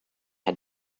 had